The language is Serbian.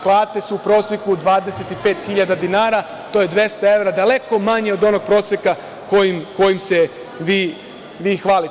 Plate su u proseku 25.000 dinara, to je 200 evra, daleko manje od onog proseka kojim se vi hvalite.